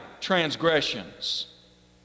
transgressions